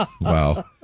Wow